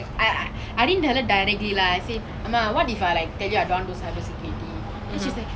now I ya now I wanted to go for intermediate course it's starting in six october